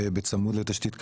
בצמוד לתשתית קיימת,